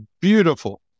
beautiful